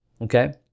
okay